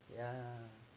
yeah